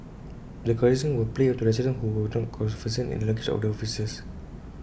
the recordings were played to residents who were not conversant in the language of the officers